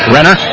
Renner